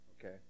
okay